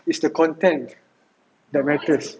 is the content that matters